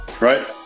right